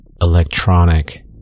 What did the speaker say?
electronic